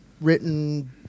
written